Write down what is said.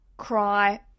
Cry